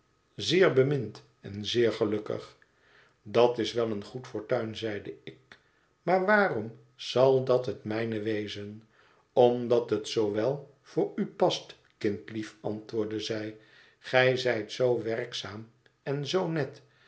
zeer bemind en zeer gelukkig dat is wel een goed fortuin zeide ik maar waarom zal dat het mijne wezen omdat het zoo wel voor u past kindlief antwoordde zij gij zijt zoo werkzaam en zoo net